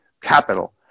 capital